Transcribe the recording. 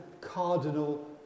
cardinal